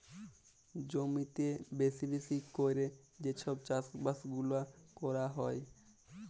জমিতে বেশি বেশি ক্যরে যে সব চাষ বাস গুলা ক্যরা হ্যয়